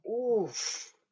Oof